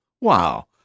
Wow